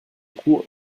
coup